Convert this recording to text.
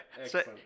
Excellent